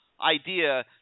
idea